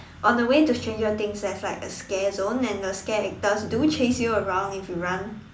on the way to Stranger Things there's like a scare zone and the scare actors do chase you around if you run